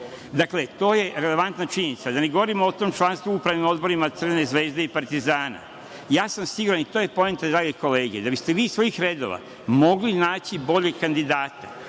Dakle, to je relevantna činjenica. Da ne govorimo o tom članstvu u upravnim odborima Crvene Zvezde i Partizana. Ja sam siguran, a to je poenta, drage kolege, da biste vi iz svojih redova mogli naći bolje kandidate,